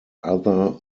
other